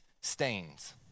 stains